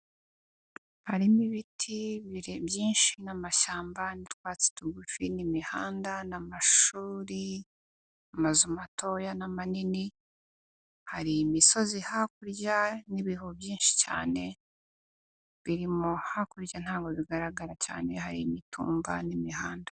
Harimo ibiti bire byinshi n'amashyamba n'utwatsi tugufi n'imihanda n'amashuri, amazu matoya n'amanini hari imisozi hakurya n'ibihu byinshi cyane, birimo hakurya ntaho bigaragara cyane hari imitumba n'imihanda.